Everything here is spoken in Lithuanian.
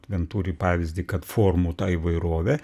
venturi pavyzdį kad formų ta įvairovė